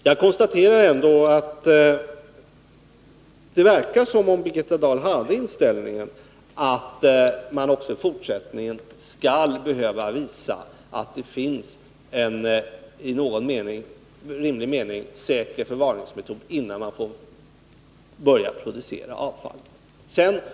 Jag konstaterar ändå att det verkar som om Birgitta Dahl hade inställningen att man också i fortsättningen skall behöva visa att det finns en i någon rimlig mening säker förvaringsmetod innan man börjar producera avfall.